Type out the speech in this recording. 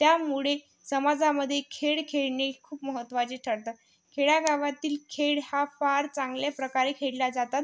त्यामुळे समाजामध्ये खेळ खेळणे खूप महत्त्वाचे ठरतं खेड्यागावातील खेळ हा फार चांगल्या प्रकारे खेळले जातात